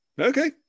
Okay